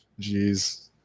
Jeez